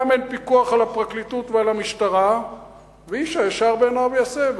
גם אין פיקוח על הפרקליטות ועל המשטרה ואיש הישר בעיניו יעשה,